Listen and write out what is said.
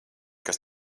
kas